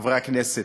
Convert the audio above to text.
חברי הכנסת,